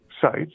sites